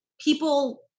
people